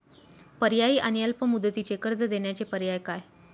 पर्यायी आणि अल्प मुदतीचे कर्ज देण्याचे पर्याय काय?